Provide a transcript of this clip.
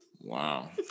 Wow